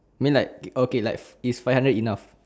mean like okay like if five hundred enough